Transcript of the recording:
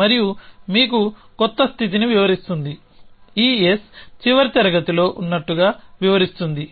మరియు మీకు కొత్త స్థితిని వివరిస్తుంది ఈ S చివరి తరగతిలో ఉన్నట్లుగా వివరిస్తుంది